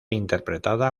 interpretada